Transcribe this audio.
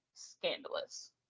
scandalous